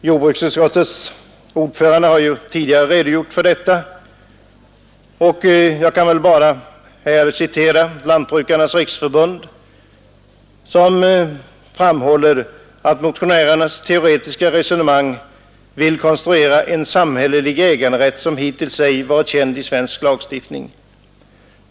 Jordbruksutskottets ordförande har tidigare redogjort för detta, och jag skall därför bara något relatera vad Lantbrukarnas riksförbund framhåller i sitt yttrande, nämligen att motionärernas teoretiska resonemang vill konstruera någon art av samhällelig äganderätt, som hittills ej varit känd i svensk lagstiftning.